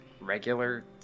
regular